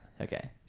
okay